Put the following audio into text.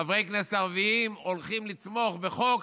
חברי כנסת ערבים, הולכים לתמוך בחוק